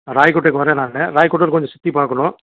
ராயக்கோட்டைக்கு வரேன் நான் ராயக்கோட்டையில் கொஞ்சம் சுற்றி பார்க்கணும்